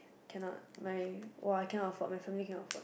cannot my !wow! I cannot afford my family cannot afford